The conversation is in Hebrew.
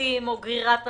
להיסוסים או גרירת רגליים.